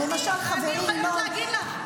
אני חייבת להגיד לך,